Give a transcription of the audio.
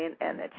energy